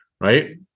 Right